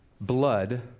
blood